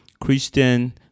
Christian